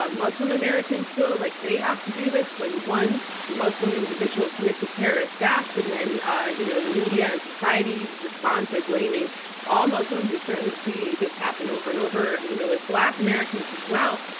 ah muslim americans feel like they have to do this when one muslim individual commits a terrorist act, and then ah you know the media and society responds by blaming all muslims. we certainly see this happen over and over you know with black americans as well,